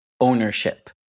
ownership